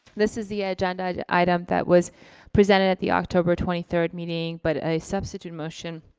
this is the ah agenda item that was presented at the october twenty third meeting, but a substitute motion